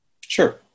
Sure